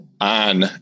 on